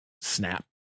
snap